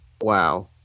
wow